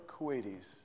Kuwaitis